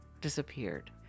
disappeared